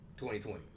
2020